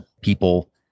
people